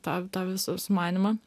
tą tą visą sumanymą